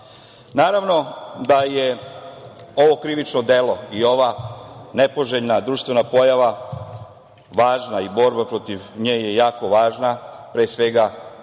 da je ovo krivično delo i ova nepoželjna društvena pojava važna i borba protiv nje je jako važna, pre svega u pitanju